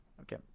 Okay